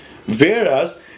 Whereas